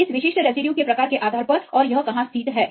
इस विशिष्ट रेसिड्यू के प्रकार के आधार पर और यह कहाँ स्थित है